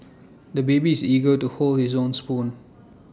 the baby is eager to hold his own spoon